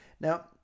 now